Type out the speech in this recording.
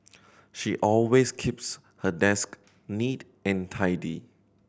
she always keeps her desk neat and tidy